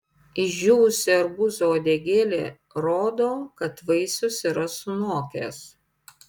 išdžiūvusi arbūzo uodegėlė rodo kad vaisius yra sunokęs